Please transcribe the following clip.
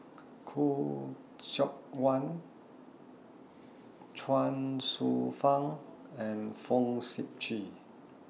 Khoo Seok Wan Chuang Hsueh Fang and Fong Sip Chee